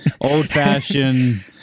old-fashioned